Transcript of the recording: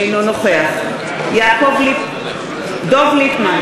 אינו נוכח דב ליפמן,